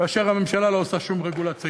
כאשר הממשלה לא עושה שום רגולציה,